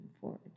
forward